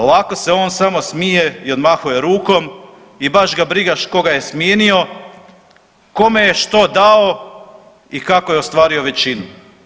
Ovako se on samo smije i odmahuje rukom i baš ga briga koga je smijenio, kome što dao i kako je ostvario većinu.